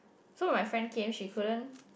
so my friend came she couldn't